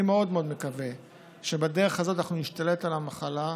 אני מאוד מאוד מקווה שבדרך הזאת אנחנו נשתלט על המחלה,